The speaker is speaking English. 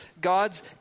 God's